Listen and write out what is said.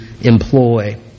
employ